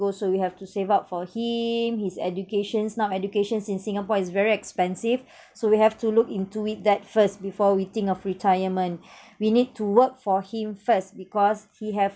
so we have to save up for him his educations now educations in singapore is very expensive so we have to look into it that first before we think of retirement we need to work for him first because he have